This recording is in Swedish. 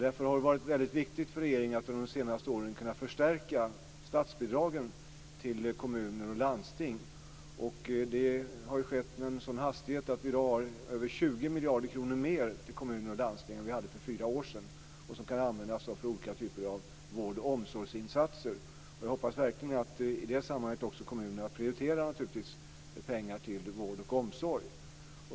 Därför har det under de senaste åren varit viktigt för regeringen att kunna förstärka statsbidragen till kommuner och landsting. Det har skett med en sådan hastighet att vi i dag har 20 miljarder kronor mer till kommuner och landsting än vi hade för fyra år sedan. Pengarna kan användas till olika vård och omsorgsinsatser. Jag hoppas också att kommunerna i det sammanhanget verkligen prioriterar pengar till vård och omsorg.